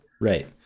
Right